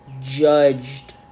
judged